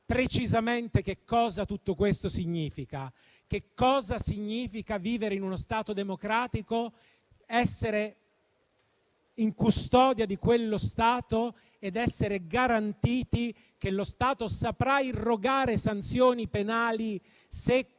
che cosa tutto questo significa, che cosa significa vivere in uno Stato democratico, essere in custodia di quello Stato e avere la garanzia che lo Stato saprà irrogare sanzioni penali se quel